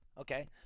Okay